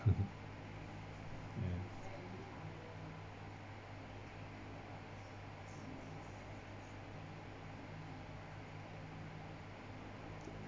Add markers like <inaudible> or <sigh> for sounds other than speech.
<laughs> ya